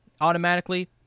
automatically